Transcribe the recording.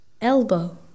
elbow